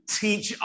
teach